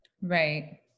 Right